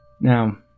Now